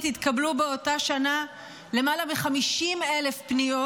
התקבלו באותה שנה למעלה מ-50,000 פניות,